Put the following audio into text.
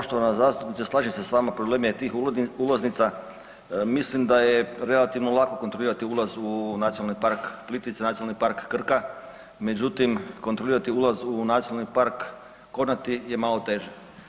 Poštovana zastupnice slažem se s vama, problem je tih ulaznica, mislim da je relativno lako kontrolirati ulaz u Nacionalni park Plitvice, Nacionalni park Krka, međutim kontrolirati ulaz u Nacionalni park Kornati je malo teže.